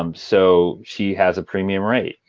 um so she has a premium rate.